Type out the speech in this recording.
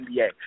NBA